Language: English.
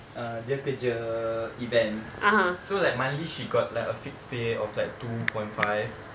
err dia kerja events so like monthly she got like a fixed pay of like two point five